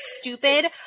stupid